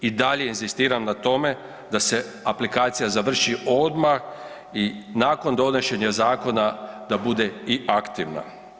I dalje inzistiram na tome da se aplikacija završi odmah i nakon donošenja zakona da bude i aktivna.